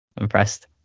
Impressed